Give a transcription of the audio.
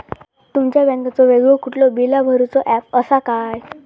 तुमच्या बँकेचो वेगळो कुठलो बिला भरूचो ऍप असा काय?